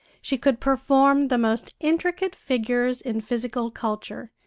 she could perform the most intricate figures in physical culture,